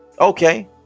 Okay